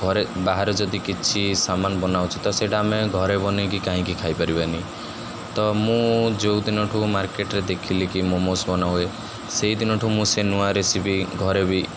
ଘରେ ବାହାରେ ଯଦି କିଛି ସାମାନ ବନା ହଉଛି ତ ସେଇଟା ଆମେ ଘରେ ବନେଇକି କାହିଁକି ଖାଇପାରିବାନି ତ ମୁଁ ଯେଉଁଦିନଠୁ ମାର୍କେଟରେ ଦେଖିଲି କି ମୋମୋସ୍ ବନାହୁଏ ସେଇଦିନଠୁ ମୁଁ ସେ ନୂଆ ରେସିପି ଘରେ ବି